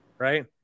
Right